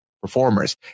performers